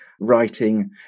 writing